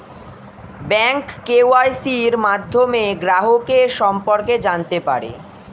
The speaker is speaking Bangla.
ব্যাঙ্ক কেওয়াইসির মাধ্যমে গ্রাহকের সম্পর্কে জানতে পারে